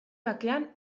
bakean